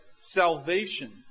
salvation